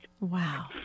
wow